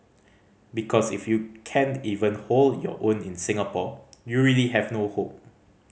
because if you can't even hold your own in Singapore you really have no hope